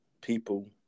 people